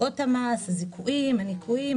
מדרגות המס, הזיכויים, הניכויים.